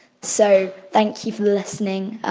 so thank you for listening.